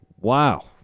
Wow